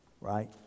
right